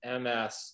MS